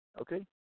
Okay